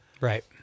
Right